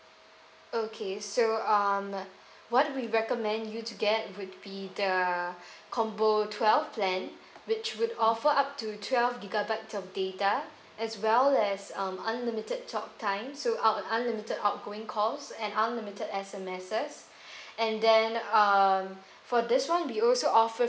okay so um what we recommend you to get will be the combo twelfth plan which would offer up to twelve gigabyte of data as well as um unlimited talk times so out unlimited outgoing calls and unlimited S_M_Ses and then uh for this one we also offer